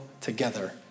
together